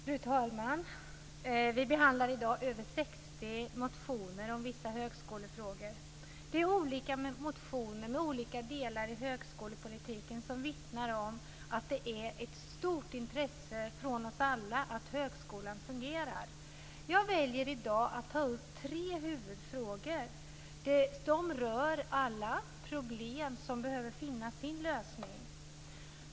Fru talman! Vi behandlar i dag över 60 motioner om vissa högskolefrågor. Det är olika motioner om olika delar i högskolepolitiken som vittnar om att det är av stort intresse för oss alla att högskolan fungerar. Jag väljer i dag att ta upp tre huvudfrågor. De rör alla problem som behöver finna sin lösning.